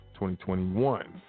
2021